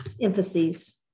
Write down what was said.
emphases